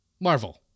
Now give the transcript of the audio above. Marvel